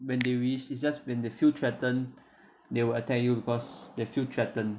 when they wish is just when they feel threatened they will attack you because they feel threatened